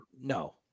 No